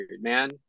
man